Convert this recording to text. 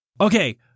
Okay